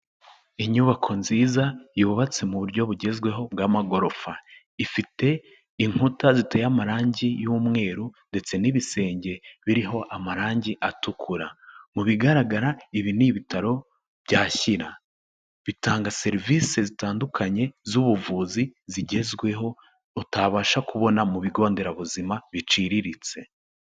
Inyubako nziza yubatse mu buryo bugezweho bw'amagorofa, ifite inkuta ziteye amarangi y'umweru ndetse n'ibisenge biriho amarangi atukura. Mu bigaragara ibi ni ibitaro bya Shyira bitanga serivisi zitandukanye z'ubuvuzi zigezweho, utabasha kubona mu bigo nderabuzima biciriritse.